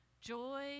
Joy